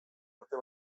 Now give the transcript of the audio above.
urte